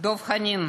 דב חנין.